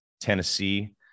Tennessee